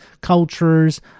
cultures